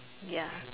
ya